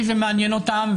כי זה מעניין אותם,